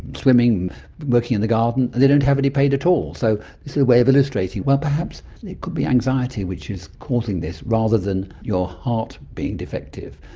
swimming and working in the garden, and they don't have any pain at all. so this is a way of illustrating, well, perhaps it could be anxiety which is causing this rather than your heart being defective.